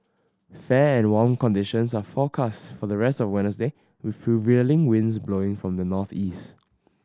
fair and warm conditions are forecast for the rest of Wednesday with prevailing winds blowing from the northeast